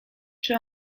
czy